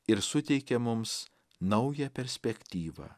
ir suteikia mums naują perspektyvą